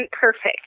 perfect